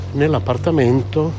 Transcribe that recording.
nell'appartamento